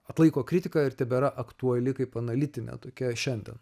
atlaiko kritiką ir tebėra aktuali kaip analitinė tokia šiandien